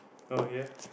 oh ya